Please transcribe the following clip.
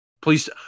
Please